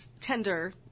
tender